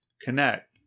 connect